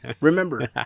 Remember